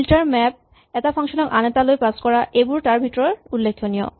filter map এটা function ক আন এটালৈ পাচ কৰা এইবোৰ তাৰ ভিতৰত উল্লেখনীয়